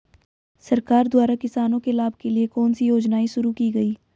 सरकार द्वारा किसानों के लाभ के लिए कौन सी योजनाएँ शुरू की गईं?